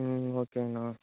ம் ஓகேங்ண்ணா